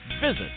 Visit